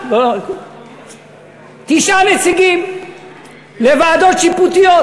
תשעה נציגים לוועדות שיפוטיות.